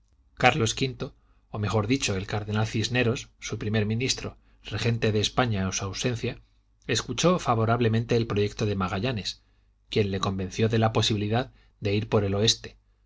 carlos v o mejor dicho el cardenal cisneros su primer ministro regente de españa en su ausencia escuchó favorablemente el proyecto de magallanes quien le convenció de la posibilidad de ir por el oeste